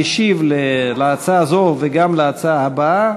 המשיב על ההצעה הזו וגם על ההצעה הבאה